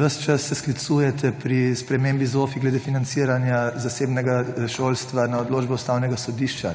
ves čas se sklicujete pri spremembi ZOFI glede financiranja zasebnega šolstva na odločbe Ustavne sodišča.